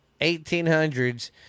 1800s